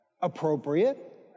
appropriate